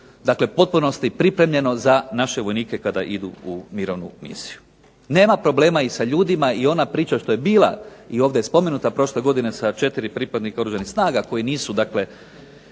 je u potpunosti pripremljeno za naše vojnike kada idu u mirovnu misiju. Nema problema i sa ljudima, dakle ona priča što je bila i ovdje spomenuta prošle godine sa 4 pripadnika oružanih snaga koji nisu